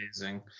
amazing